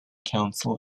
council